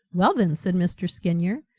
well, then, said mr. skinyer,